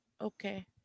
Okay